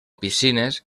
piscines